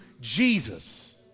Jesus